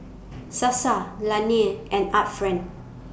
Sasa Laneige and Art Friend